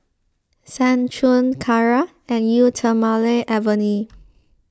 Seng Choon Kara and Eau thermale Avene